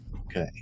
Okay